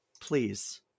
please